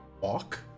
walk